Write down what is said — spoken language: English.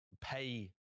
pay